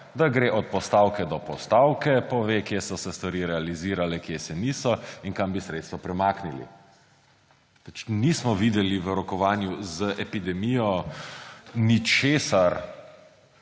Da gre od postavke do postavke, pove, kje so se stvari realizirale, kje se niso in kam bi sredstva premaknili. V rokovanju z epidemijo nismo